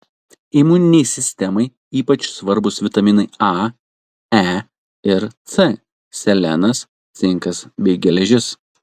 imuninei sistemai ypač svarbūs vitaminai a e ir c selenas cinkas bei geležis